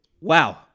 wow